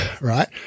right